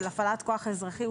של הפעלת כוח אזרחי,